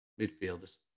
midfielders